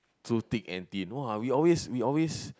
through thick and thin !wah! we always we always